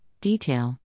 Detail